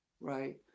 Right